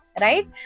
right